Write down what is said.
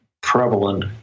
prevalent